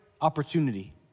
opportunity